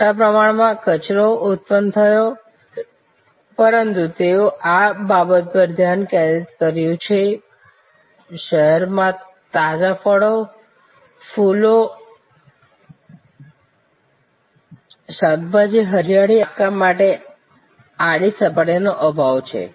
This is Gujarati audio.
મોટા પ્રમાણમાં કચરો ઉત્પન્ન થયો પરંતુ તેઓએ આ બાબત પર ધ્યાન કેન્દ્રિત કર્યું કે શહેરોમાં તાજા ફળો ફૂલો શાકભાજી હરિયાળી અને બાગકામ માટે આડી સપાટીનો અભાવ છે